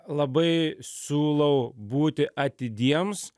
labai siūlau būti atidiems